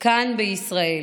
כאן בישראל.